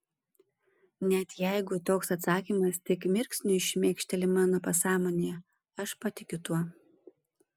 net jeigu toks atsakymas tik mirksniui šmėkšteli mano pasąmonėje aš patikiu tuo